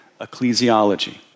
ecclesiology